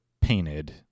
painted